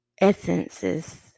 essences